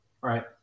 Right